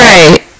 Right